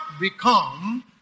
become